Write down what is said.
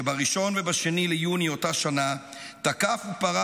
וב-1 וב-2 ביוני באותה שנה תקף ופרע